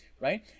right